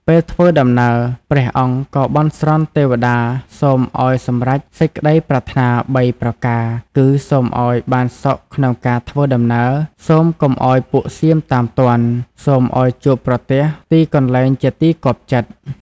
ពេលធ្វើដំណើរ ព្រះអង្គក៏បន់ស្រន់ទេវតាសូម ឱ្យសម្រេចសេចក្តីប្រាថ្នា ៣ ប្រការគឺ សូមឱ្យបានសុខក្នុងការធ្វើដំណើរ សូមកុំឱ្យពួកសៀមតាមទាន់ សូមឱ្យជួបប្រទះទីកន្លែងជាទីគាប់ចិត្ត។